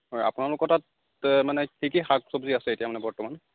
হয় আপোনালোকৰ তাত মানে কি কি শাক চব্জি আছে এতিয়া মানে বৰ্তমান